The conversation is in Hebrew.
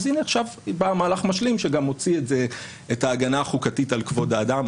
אז הנה עכשיו בא מהלך משלים שגם מוציא את ההגנה החוקתית על כבוד האדם,